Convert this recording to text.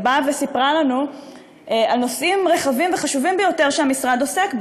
היא באה וסיפרה לנו על נושאים רחבים וחשובים יותר שהמשרד עוסק בו,